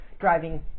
driving